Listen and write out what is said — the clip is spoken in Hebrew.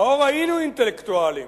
ראו ראינו אינטלקטואלים,